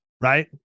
right